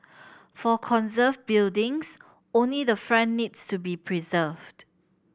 for conserved buildings only the front needs to be preserved